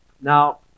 Now